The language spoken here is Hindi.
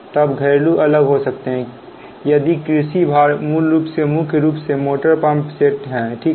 तब घरेलू अलग हो सकता है यदि कृषि भार मूल रूप से मुख्य रूप से मोटर पंप सेट है ठीक है